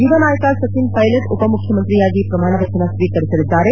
ಯುವ ನಾಯಕ ಸಚಿನ್ ಪ್ನೆಲಟ್ ಉಪ ಮುಖ್ಯಮಂತ್ರಿಯಾಗಿ ಪ್ರಮಾಣವಚನ ಸ್ವೀಕರಿಸಲಿದ್ದಾರೆ